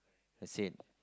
that's it